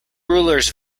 rulers